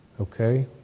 Okay